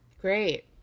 great